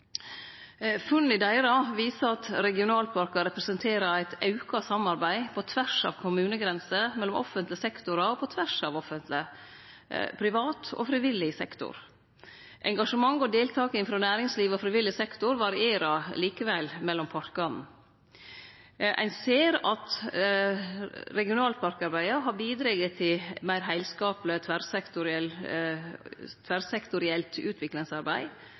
Funna deira viser at regionalparkar representerer eit auka samarbeid på tvers av kommunegrenser, mellom offentlege sektorar og på tvers av offentleg, privat og frivillig sektor. Engasjement og deltaking frå næringsliv og frivillig sektor varierer likevel mellom parkane. Ein ser at regionalparkarbeidet har bidrege til meir heilskapleg tverrsektorielt utviklingsarbeid